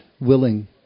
willing